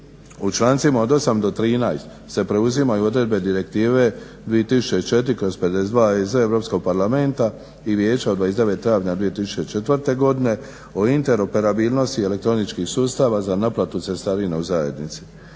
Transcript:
U člancima od 8. do 13. se preuzimaju odredbe direktive 2004/52/EZ Europskog parlamenta i Vijeća od 29. travnja 2004. godine o interoperabilnosti elektroničkih sustava za naplatu cestarina u zajednici.